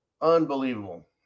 Unbelievable